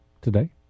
today